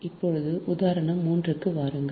இப்போது உதாரணம் 3 க்கு வாருங்கள்